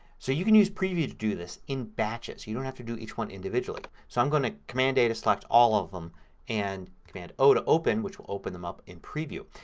so you can use preview to do this in batches. you don't have to do each one individually. so i'm going to command a to select all of them and command o to open which will open them up in preview.